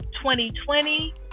2020